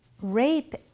Rape